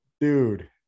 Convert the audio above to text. Dude